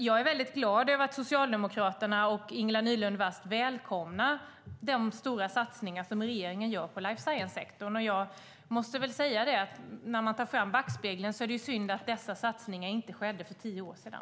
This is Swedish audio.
Jag är glad över att Socialdemokraterna och Ingela Nylund Watz välkomnar de stora satsningar som regeringen gör på life science-sektorn. Sett i backspegeln är det synd att dessa satsningar inte skedde för tio år sedan.